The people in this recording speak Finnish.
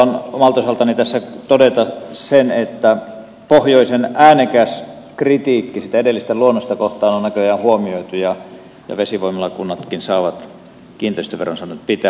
haluan omalta osaltani tässä todeta sen että pohjoisen äänekäs kritiikki sitä edellistä luonnosta kohtaan on näköjään huomioitu ja vesivoimalakunnatkin saavat kiinteistöveronsa nyt pitää